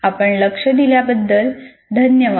आपण लक्ष दिल्याबद्दल धन्यवाद